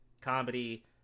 comedy